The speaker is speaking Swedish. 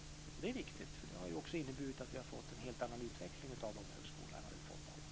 Det är viktigt, för det har också inneburit att vi har fått en helt annan utveckling av de högskolorna än vad vi annars hade fått.